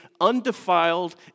undefiled